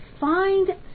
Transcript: find